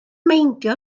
meindio